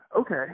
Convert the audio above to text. okay